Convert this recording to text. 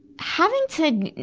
having to,